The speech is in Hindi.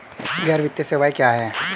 गैर वित्तीय सेवाएं क्या हैं?